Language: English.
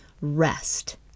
rest